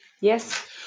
Yes